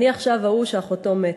אני עכשיו ההוא שאחותו מתה.